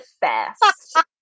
best